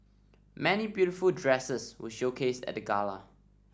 many beautiful dresses were showcased at the gala